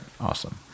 awesome